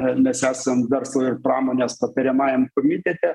mes esam verslo ir pramonės patariamajam komitete